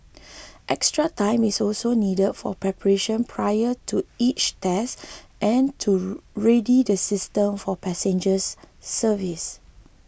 extra time is also needed for preparation prior to each test and to ready the systems for passengers service